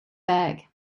bag